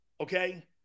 okay